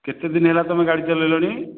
କେତେ ଦିନ ହେଲା ତୁମେ ଗାଡ଼ି ଚଲେଇଲଣି